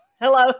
hello